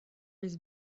his